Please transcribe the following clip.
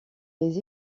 les